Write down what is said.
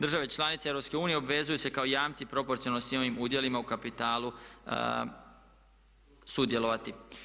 Države članice EU obvezuju se kao jamci proporcionalno svim ovim udjelima u kapitalu sudjelovati.